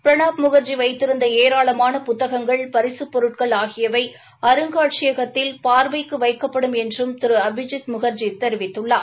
பிரணாப் முக்ஜி வைத்திருந்த ஏராளமான புத்தகங்கள் பரிசுப்பொருட்கள் ஆகியவை அருங்காட்சியாகத்தில் பார்வைக்கு வைக்கப்படும் என்றும் திரு அபிஜித் முகா்ஜி தெரிவித்துள்ளார்